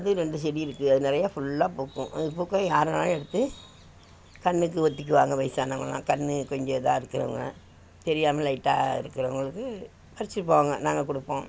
அது ரெண்டு செடி இருக்குது அது நிறையா ஃபுல்லாக பூக்கும் அது பூக்கள் யார் வேணாலும் எடுத்து கண்ணுக்கு ஒத்திக்குவாங்க வயசானவங்கள்லாம் கண்ணு கொஞ்சம் இதாக இருக்கவங்க தெரியாமல் லைட்டா இருக்கிறவங்களுக்கு வச்சிப்பாங்க நாங்கள் கொடுப்போம்